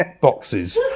boxes